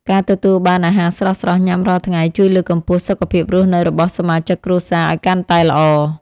ការទទួលបានអាហារស្រស់ៗញ៉ាំរាល់ថ្ងៃជួយលើកកម្ពស់សុខភាពរស់នៅរបស់សមាជិកគ្រួសារឱ្យកាន់តែល្អ។